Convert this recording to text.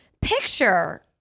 picture